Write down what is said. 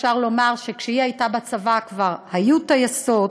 אפשר לומר שכשהיא הייתה בצבא כבר היו טייסות,